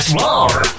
more